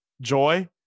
joy